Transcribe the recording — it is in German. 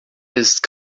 ist